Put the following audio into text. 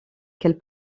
qu’elle